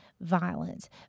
violence